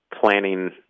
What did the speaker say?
planning